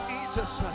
Jesus